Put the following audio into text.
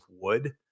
wood